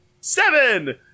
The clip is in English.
Seven